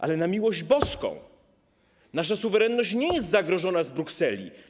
Ale na miłość boską, nasza suwerenność nie jest zagrożona z Brukseli.